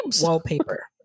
wallpaper